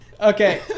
Okay